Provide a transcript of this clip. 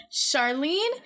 Charlene